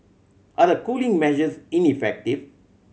are the cooling measures ineffective